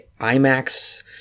IMAX